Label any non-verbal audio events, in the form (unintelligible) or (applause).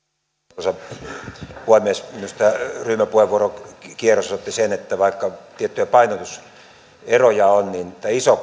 arvoisa puhemies minusta tämä ryhmäpuheenvuorokierros osoitti sen että vaikka tiettyjä painotuseroja on niin tämä iso (unintelligible)